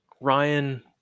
Ryan